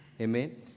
Amen